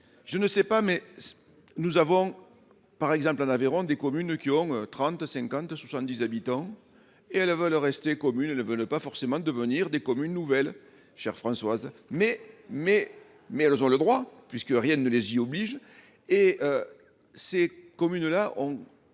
je ne sais pas, mais nous avons, par exemple en Aveyron, des communes qui auront 30 52 70 habitants et elle va le rester communes ne veulent pas forcément devenir des communes nouvelles chère Françoise mais mais mais elles ont le droit, puisque rien ne les y oblige, et c'est comme une là ont